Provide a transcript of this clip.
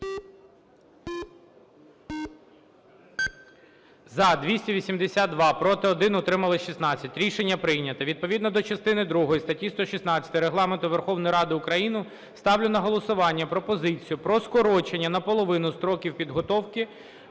За – 282, проти – 1, утримались – 16. Рішення прийнято. Відповідно до частини другої статті 116 Регламенту Верховної Ради України ставлю на голосування пропозицію про скорочення наполовину строків підготовки